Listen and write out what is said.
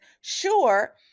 Sure